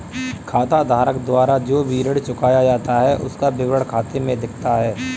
खाताधारक द्वारा जो भी ऋण चुकाया जाता है उसका विवरण खाते में दिखता है